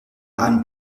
einem